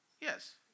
Yes